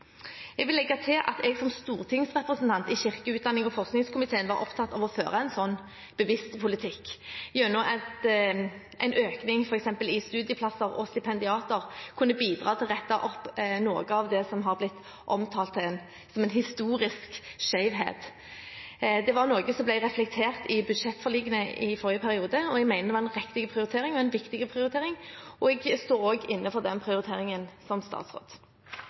Jeg vil legge til at jeg som stortingsrepresentant i kirke-, utdannings- og forskningskomiteen var opptatt av å føre en slik bevisst politikk – gjennom at en økning i f.eks. antall studieplasser og stipendiater kunne bidra til å rette opp noe av det som har blitt omtalt som en historisk skjevhet. Det var noe som ble reflektert i budsjettforlikene i forrige periode. Jeg mener det var en riktig og en viktig prioritering, og jeg står inne for den prioriteringen også som statsråd.